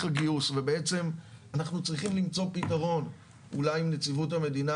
הגיוס ובעצם אנחנו צריכים למצוא פתרון אולי עם נציבות המדינה,